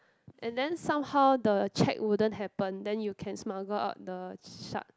and then somehow the check wouldn't happen then you can smuggle out the shark